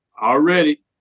already